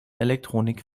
elektronik